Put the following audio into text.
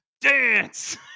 dance